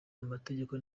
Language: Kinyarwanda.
amategeko